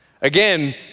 Again